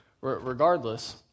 regardless